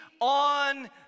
on